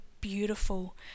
beautiful